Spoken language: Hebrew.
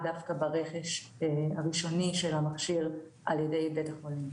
דווקא ברכש הראשוני של המכשיר על ידי בית החולים.